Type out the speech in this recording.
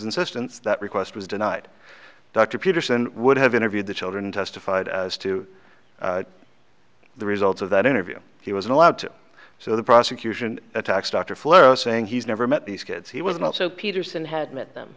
insistence that request was denied dr peterson would have interviewed the children testified as to the results of that interview he was allowed to so the prosecution attacks dr flair saying he's never met these kids he was not so peterson had met them